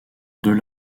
deux